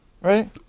right